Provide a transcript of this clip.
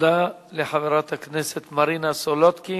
תודה לחברת הכנסת מרינה סולודקין.